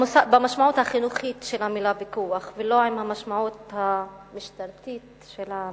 במשמעות החינוכית של המלה פיקוח ולא במשמעות המשטרתית של המלה.